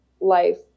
life